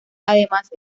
además